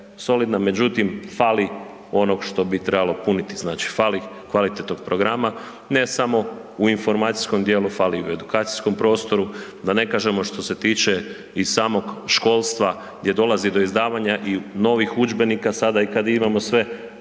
solidna, međutim fali onog što bi trebalo puniti, znači, fali kvalitetnog programa, ne samo u informacijskom djelu, fali i u edukacijskom prostoru, da ne kažemo što se tiče i samog školstva gdje dolazi do izdavanja i novih udžbenika i sada kada imamo sve,